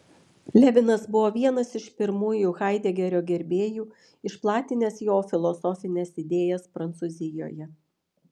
levinas buvo vienas iš pirmųjų haidegerio gerbėjų išplatinęs jo filosofines idėjas prancūzijoje